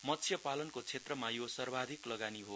मत्स्यपालनको क्षेत्रमा यो सर्वाधिक लगानी हो